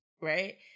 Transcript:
right